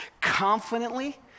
confidently